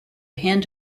hand